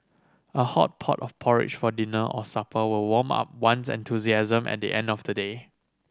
a hot pot of porridge for dinner or supper will warm up one's enthusiasm at the end of today